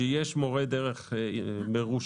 שיש מורה דרך מורשה.